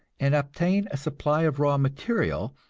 and obtain a supply of raw material,